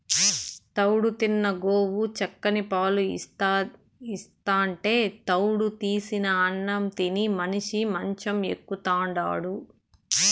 తౌడు తిన్న గోవు చిక్కని పాలు ఇస్తాంటే తౌడు తీసిన అన్నం తిని మనిషి మంచం ఎక్కుతాండాడు